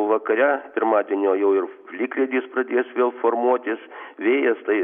vakare pirmadienio jau ir plikledis pradės vėl formuotis vėjas tai